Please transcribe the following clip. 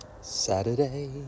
Saturday